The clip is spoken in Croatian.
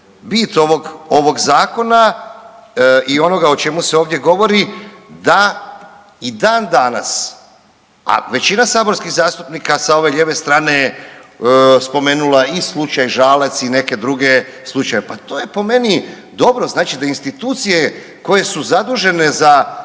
bit ovog zakona i onoga o čemu se ovdje govori da i dan danas, a većina saborskih zastupnika sa ove lijeve strane je spomenula i slučaj Žalac i neke druge slučajeve, pa to je po meni dobro, znači da institucije koje su zadužene za